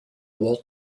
walt